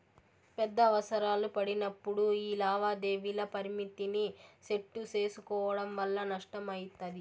పెద్ద అవసరాలు పడినప్పుడు యీ లావాదేవీల పరిమితిని సెట్టు సేసుకోవడం వల్ల నష్టమయితది